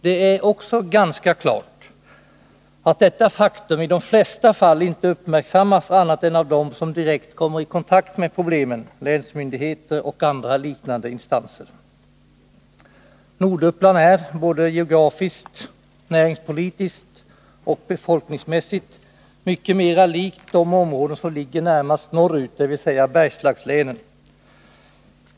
Det är också ganska klart att detta faktum i de flesta fall inte uppmärksammats annat än av dem som direkt kommer i kontakt med problemen, dvs. länsmyndigheter och liknande instanser. Norduppland är geografiskt, näringspolitiskt och befolkningsmässigt mycket mera likt de områden som ligger närmast norrut, dvs. Bergslagslänen.